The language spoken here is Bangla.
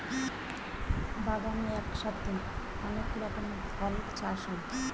বাগানে একসাথে অনেক রকমের ফল চাষ হয়